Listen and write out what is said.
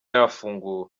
yafunguwe